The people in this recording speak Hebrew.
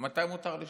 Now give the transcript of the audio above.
מתי מותר לשקר.